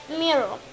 mirror